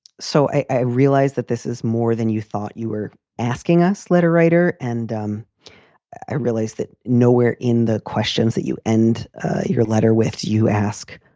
so i realize that this is more than you thought you were asking us. letter writer. and um i realize that nowhere in the questions that you end your letter with. you ask,